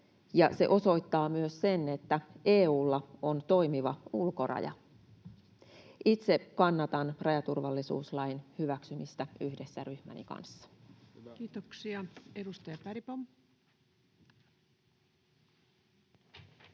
se osoittaa myös sen, että EU:lla on toimiva ulkoraja. Itse kannatan rajaturvallisuuslain hyväksymistä yhdessä ryhmäni kanssa. Kiitoksia. — Edustaja Bergbom.